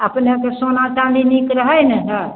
अपनेके सोना चाँदी नीक रहै ने हइ